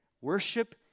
Worship